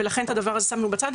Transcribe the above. ולכן את הדבר הזה שמנו בצד.